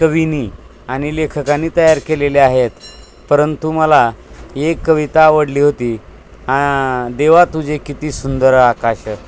कविनी आणि लेखकानी तयार केलेल्या आहेत परंतु मला एक कविता आवडली होती देवा तुझे किती सुंदर आकाश